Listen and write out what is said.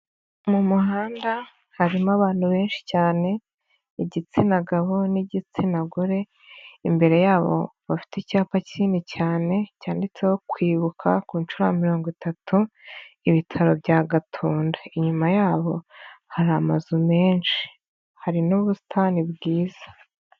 Mu muhanda harimo abantu benshi cyane igitsina gabo n'igitsina gore, imbere yabo bafite icyapa kinini cyane cyanditseho kwibuka ku nshuro ya mirongo itatu ibitaro bya Gatunda. Inyuma yabo hari amazu menshi, hari n'ubusitani bwiza.